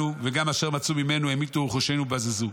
וגם אשר מצאו ממנו המיתו ורכושנו בזזו.